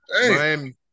Miami